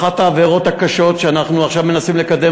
אחת העבירות הקשות שאנחנו עכשיו מנסים לקדם